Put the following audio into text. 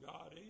God